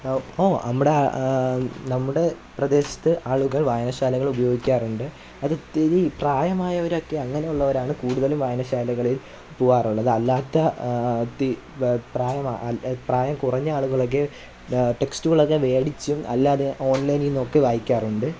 അപ്പോൾ അമ്മടെ നമ്മുടെ പ്രദേശത്ത് ആളുകള് വായനശാലകള് ഉപയോഗിക്കാറുണ്ട് അത് ഇത്തിരി പ്രായമായവരൊക്കെ അങ്ങനെ ഉള്ളവരാണ് കൂടുതലും വായനശാലകളില് പൂകാറുള്ളത് അല്ലാത്ത ഒത്തി വ് പ്രായമാ അല് പ്രായം കുറഞ്ഞ ആളുകളൊക്കെ ടെക്സ്റ്റുകളൊക്കെ മേടിച്ചും അല്ലാതെ ഓണ്ലൈനിൽ നിന്നൊക്കെ വായിക്കാറുണ്ട്